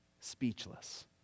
speechless